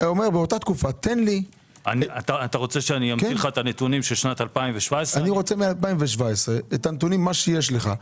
רוצה את הנתונים מ-2017 מה שיש לך.